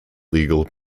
legal